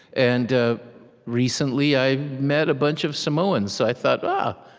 and ah recently, i met a bunch of samoans. so i thought, but